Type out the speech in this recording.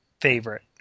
favorite